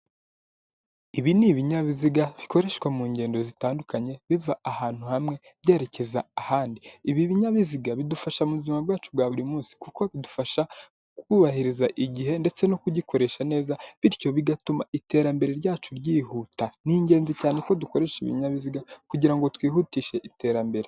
Ibi ni ibinyabiziga bikoreshwa mu ngendo zitandukanye biva ahantu hamwe byerekeza ahandi, ibi binyabiziga bidufasha mubuzima bwacu bwa buri munsi kuko bidufasha kubahiriza igihe ndetse no kugikoresha neza bityo bigatuma iterambere ryacu ryihuta, ni ingenzi cyane ko dukoresha ibinyabiziga kugira ngo twihutishe iterambere.